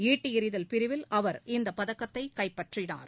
ஈட்டியெறிதல் பிரிவில் அவர் இப்பதக்கத்தைகைப்பற்றினார்